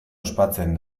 ospatzen